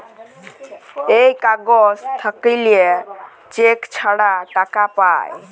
এই কাগজ থাকল্যে চেক ছাড়া টাকা পায়